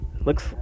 Looks